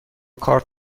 کارت